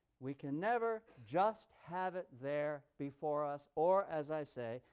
we can never just have it there before us or, as i say,